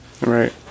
Right